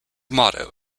motto